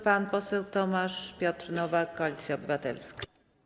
Pan poseł Tomasz Piotr Nowak, Koalicja Obywatelska.